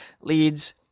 leads